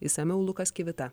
išsamiau lukas kivita